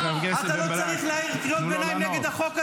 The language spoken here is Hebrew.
אתה לא צריך להעיר קריאות ביניים נגד החוק הזה.